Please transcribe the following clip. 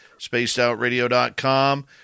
spacedoutradio.com